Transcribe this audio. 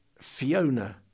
Fiona